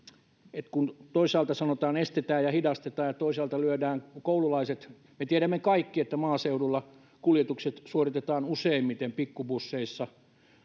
että kun toisaalta sanotaan että estetään ja hidastetaan ja toisaalta lyödään koululaiset me kaikki tiedämme että maaseudulla kuljetukset suoritetaan useimmiten pikkubusseilla